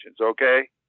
Okay